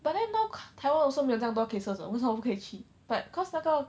but then know k~ taiwan also 没有这样多 cases [what] 为什么不可以去 but cause 那个